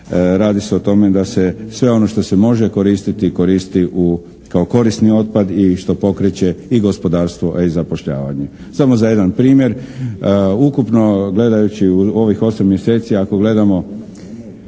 radi se o tome da se sve ono što se može koristiti koristi kao korisni otpad i što pokreće i gospodarstvo, a i zapošljavanje. Samo za jedan primjer, ukupno gledajući u ovih 8 mjeseci ako gledamo,